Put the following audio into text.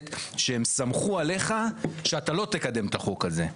שהם סמכו עליך שאתה לא תקדם את החוק הזה.